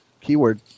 keyword